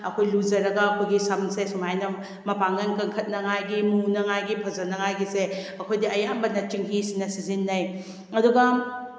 ꯑꯩꯈꯣꯏ ꯂꯨꯖꯔꯒ ꯑꯩꯈꯣꯏꯒꯤ ꯁꯝꯁꯦ ꯁꯨꯃꯥꯏꯅ ꯃꯄꯥꯡꯒꯟ ꯀꯟꯈꯠꯅꯕꯒꯤ ꯃꯨꯅꯕꯒꯤ ꯐꯖꯅꯕꯒꯤꯁꯦ ꯑꯩꯈꯣꯏꯗꯤ ꯑꯌꯥꯝꯕꯗ ꯆꯦꯡꯍꯤꯁꯤꯅ ꯁꯤꯖꯤꯟꯅꯩ ꯑꯗꯨꯒ